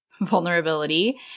vulnerability